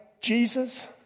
Jesus